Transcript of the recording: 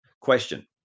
Question